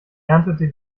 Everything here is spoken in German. erntete